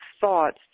thoughts